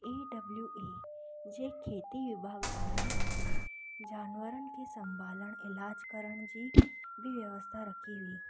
ई W E जे खेती विभाॻ वारनि जानवरनि खे संभालणु इलाजु करण जी बि व्यवस्था रखी हुई